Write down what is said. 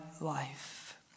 life